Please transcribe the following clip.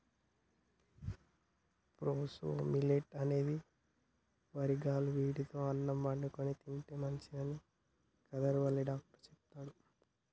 proso millet అంటే వరిగలు వీటితో అన్నం వండుకొని తింటే మంచిదని కాదర్ వల్లి డాక్టర్ చెపుతండు